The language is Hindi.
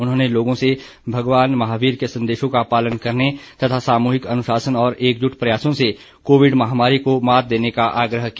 उन्होंने लोगों से भगवान महावीर के संदेशों का पालन करने तथा सामूहिक अनुशासन और एकजुट प्रयासों से कोविड महामारी को मात देने का आग्रह किया